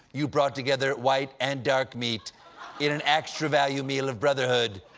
you brought together white and dark meat in an extra-value meal of brotherhood.